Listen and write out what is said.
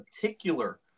particular